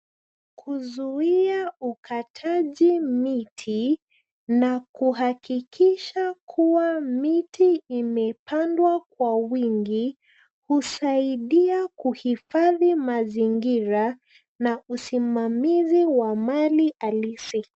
Kuzuia ukataji miti na kuhakikisha kuwa miti imepandwa kwa wingi husaidia kuhifadhi mazingira na usimamizi wa mali halisi.